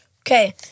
Okay